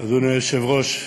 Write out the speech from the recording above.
אדוני היושב-ראש,